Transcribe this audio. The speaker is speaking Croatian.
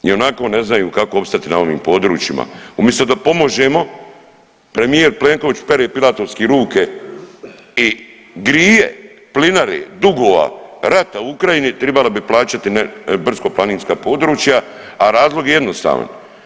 I onako ne znaju kako opstati na ovim područjima, umjesto da pomažemo premijer Plenković pere pilatorski ruke i grije plinare dugova rata u Ukrajini tribalo bi plaćati brdsko-planinska područja, a razlog je jednostavan.